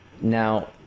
Now